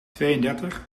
tweeëndertig